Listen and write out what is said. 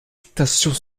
stations